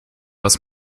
was